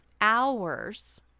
hours